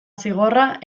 zigorra